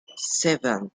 seven